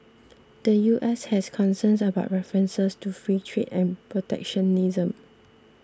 the U S has concerns about references to free trade and protectionism